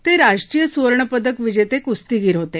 ते राष्ट्रीय सुवर्ण पदक विजेते कुस्तीगीर होते